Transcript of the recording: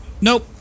nope